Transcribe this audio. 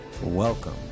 Welcome